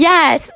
Yes